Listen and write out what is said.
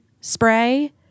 spray